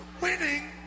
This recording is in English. winning